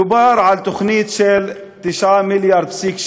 דובר על תוכנית של 9.7 מיליארד,